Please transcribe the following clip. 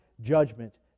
judgment